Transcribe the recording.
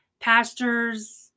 pastors